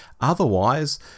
Otherwise